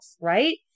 Right